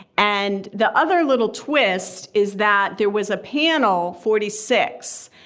and the other little twist is that there was a panel forty six.